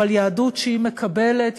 אבל יהדות שהיא מקבלת,